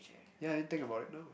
ya I didn't think about it no